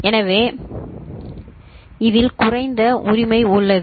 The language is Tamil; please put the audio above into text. எனவே இதில் குறைந்த உரிமை உள்ளது